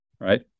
Right